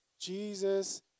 Jesus